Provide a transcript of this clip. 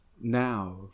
Now